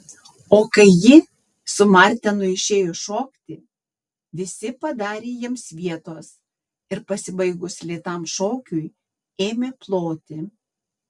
o kai ji su martenu išėjo šokti visi padarė jiems vietos ir pasibaigus lėtam šokiui ėmė ploti